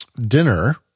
dinner